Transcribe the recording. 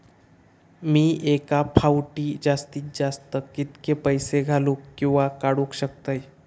मी एका फाउटी जास्तीत जास्त कितके पैसे घालूक किवा काडूक शकतय?